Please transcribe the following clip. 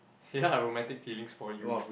ya romantic feelings for you